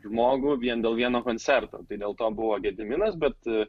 žmogų vien dėl vieno koncerto tai dėl to buvo gediminas bet